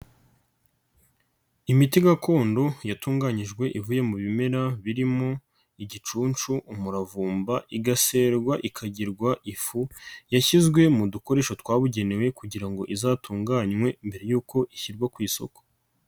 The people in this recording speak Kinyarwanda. Imiti gakondo yatunganyijwe ivuye mu bimera, birimo; igicunshu, umuravumba, igaserwa ikagirwa ifu ,yashyizwe mu dukoresho twabugenewe kugira ngo izatunganywe ,mbere y'uko ishyirwa ku isoko.